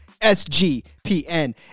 S-G-P-N